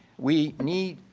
we need,